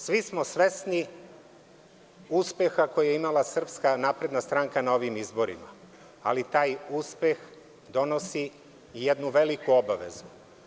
Svi smo svesni uspeha koji je imala SNS na ovim izborima, ali taj uspeh donosi i jednu veliku obavezu.